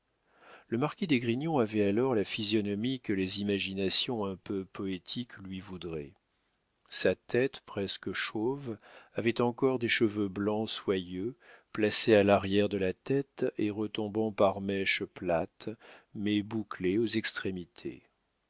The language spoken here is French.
le marquis d'esgrignon avait alors la physionomie que les imaginations un peu poétiques lui voudraient sa tête presque chauve avait encore des cheveux blancs soyeux placés à l'arrière de la tête et retombant par mèches plates mais bouclées aux extrémités